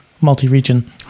multi-region